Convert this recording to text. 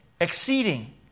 exceeding